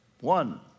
One